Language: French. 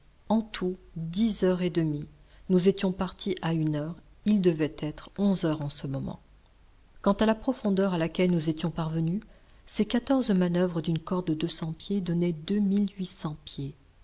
en tout dix heures et demie nous étions partis à une heure il devait être onze heures en ce moment quant à la profondeur à laquelle nous étions parvenus ces quatorze manoeuvres d'une corde de deux cents pieds donnaient